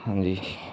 ਹਾਂਜੀ